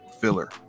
filler